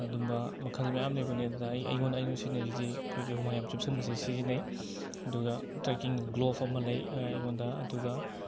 ꯑꯗꯨꯝꯕ ꯃꯈꯜ ꯃꯌꯥꯝ ꯂꯩꯕꯅꯦ ꯑꯗꯨꯗ ꯑꯩ ꯑꯩꯉꯣꯟꯗ ꯑꯩꯅ ꯁꯤꯖꯤꯟꯅꯔꯤꯁꯤꯗꯤ ꯑꯩꯈꯣꯏꯒꯤ ꯍꯨꯃꯥꯡ ꯌꯥꯝ ꯆꯨꯞꯁꯤꯟꯕꯁꯦ ꯁꯤꯖꯤꯟꯅꯩ ꯑꯗꯨꯒ ꯇ꯭ꯔꯦꯛꯀꯤꯡ ꯒ꯭ꯂꯣꯚ ꯑꯃ ꯂꯩ ꯑꯩꯉꯣꯡꯗ ꯑꯗꯨꯒ